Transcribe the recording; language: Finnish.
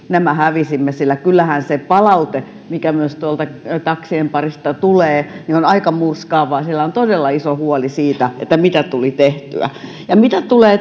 nämä hävisimme sillä kyllähän se palaute mikä myös tuolta taksien parista tulee on aika murskaavaa siellä on todella iso huoli siitä että mitä tuli tehtyä mitä tulee